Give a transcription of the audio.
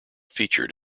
featured